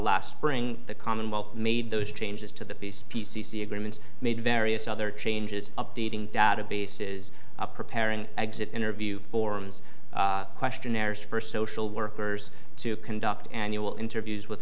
last spring the commonwealth made those changes to the piece p c c agreements made various other changes updating databases of preparing exit interview forms questionnaires first social workers to conduct annual interviews with